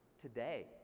today